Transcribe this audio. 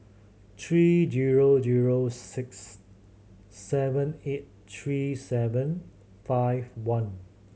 three zero zero six seven eight three seven five one